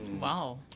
Wow